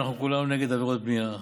אנחנו כולנו נגד עבירות בנייה,